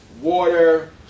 water